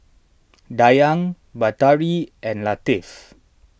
Dayang Batari and Latif